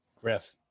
Griff